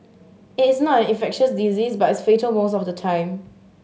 it is not an infectious disease but it's fatal most of the time